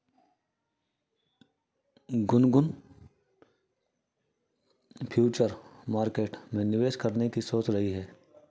Gungun future market में निवेश करने की सोच रही है